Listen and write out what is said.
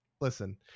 listen